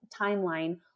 timeline